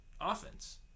offense